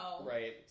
Right